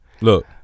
Look